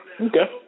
Okay